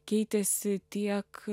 keitėsi tiek